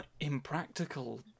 impractical